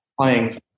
playing